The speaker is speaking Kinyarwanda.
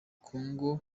congo